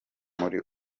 muri